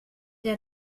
der